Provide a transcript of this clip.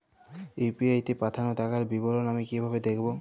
UPI তে পাঠানো টাকার বিবরণ আমি কিভাবে দেখবো?